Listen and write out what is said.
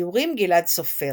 איורים גלעד סופר,